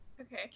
Okay